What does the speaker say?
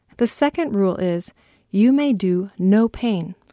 the second rule is you may do no pain.